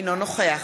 אינו נוכח